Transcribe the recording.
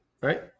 right